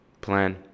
plan